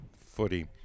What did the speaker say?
footy